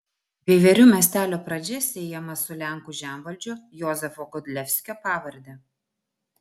veiverių miestelio pradžia siejama su lenkų žemvaldžio jozefo godlevskio pavarde